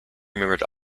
remembered